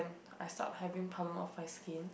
I start having problem on my skin